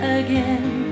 again